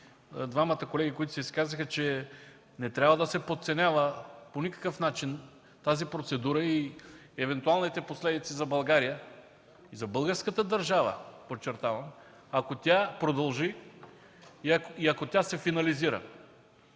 двамата колеги, които се изказаха, че не трябва да се подценява по никакъв начин тази процедура и евентуалните последици за България, за българската държава – подчертавам, ако тя продължи и ако тя се финализира.